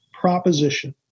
proposition